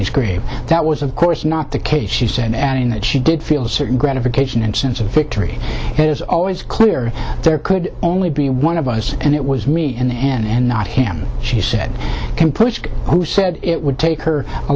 his grave that was of course not the case she said adding that she did feel a certain gratification and sense of victory is always clear there could only be one of us and it was me in the end not him she said can push who said it would take her a